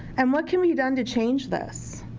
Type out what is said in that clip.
and what can be done to change this?